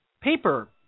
paper